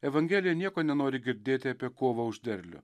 evangelija nieko nenori girdėti apie kovą už derlių